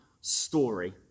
story